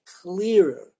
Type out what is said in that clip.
clearer